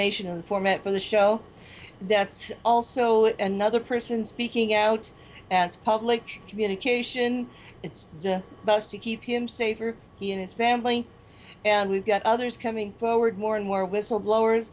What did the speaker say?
nation informant for the show that's also another person speaking out public communication it's best to keep him safe he and his family and we've got others coming forward more and more whistleblowers